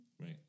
right